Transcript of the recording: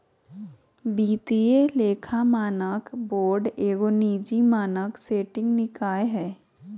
वित्तीय लेखा मानक बोर्ड एगो निजी मानक सेटिंग निकाय हइ